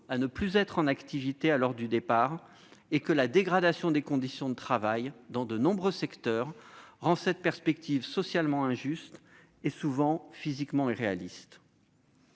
à ne plus être en activité à l'heure du départ, et que la dégradation des conditions de travail rend cette perspective socialement injuste et souvent physiquement irréaliste